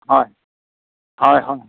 হয় হয় হয়